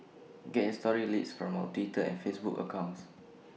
get your story leads from our Twitter and Facebook accounts